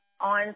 on